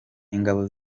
ingabo